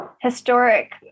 historic